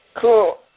Cool